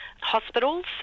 hospitals